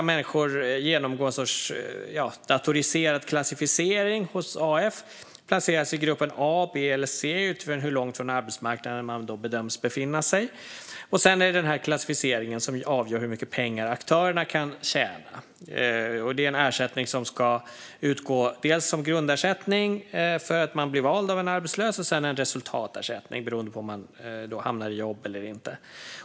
Människor ska genomgå en sorts datoriserad klassificering hos AF och placeras i grupp a, b och c efter hur långt från arbetsmarknaden de bedöms befinna sig. Sedan är det den här klassificeringen som avgör hur mycket pengar aktörerna kan tjäna. Det är en ersättning som ska utgå dels som grundersättning för att man blir vald av en arbetslös, dels sedan som resultatersättning beroende på om man hamnar i jobb eller inte.